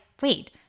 wait